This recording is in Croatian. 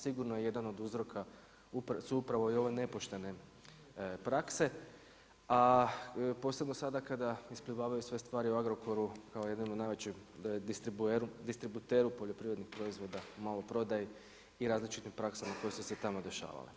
Sigurno jedan od uzroka su upravo ove nepoštene prakse a posebno sada kada isplivavaju sve stvari o Agrokoru, kao jednom od najvećeg distributera poljoprivrednih proizvoda u maloprodaji i različitim praksama koje su se tamo dešavale.